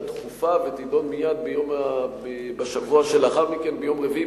דחופה ותידון מייד בשבוע שלאחר מכן ביום רביעי,